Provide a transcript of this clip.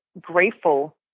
grateful